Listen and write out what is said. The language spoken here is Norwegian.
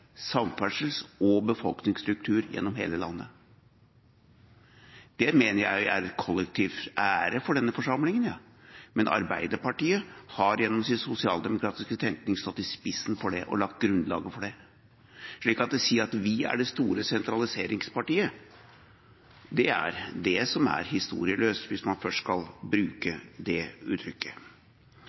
samferdsels- og befolkningsstruktur gjennom hele landet. Det mener jeg er en kollektiv ære for denne forsamlinga, men Arbeiderpartiet har gjennom sin sosialdemokratiske tenkning stått i spissen for det og lagt grunnlaget for det. Så det å si at vi er det store sentraliseringspartiet, det er det som er historieløst, hvis man først skal bruke det uttrykket.